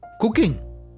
cooking